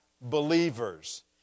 believers